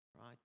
Right